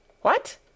What